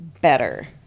better